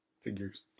figures